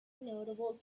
notable